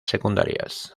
secundarias